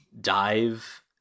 dive